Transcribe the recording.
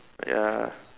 ya